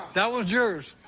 that one's yours.